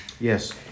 Yes